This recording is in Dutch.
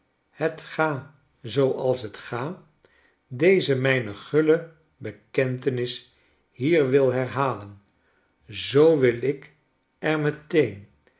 het ga zooals t ga deze mijne guile bekentenis hier wil herhalen zoo wil ik er meteen